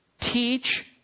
teach